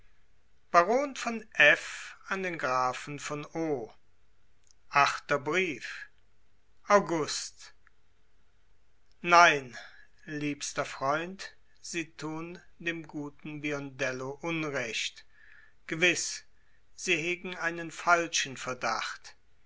baron von f an den grafen von o achter brief august nein liebster freund sie tun dem guten biondello unrecht gewiß sie hegen einen falschen verdacht